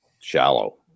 shallow